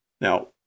now